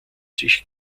sich